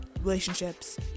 relationships